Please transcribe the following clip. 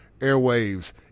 airwaves